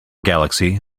galaxy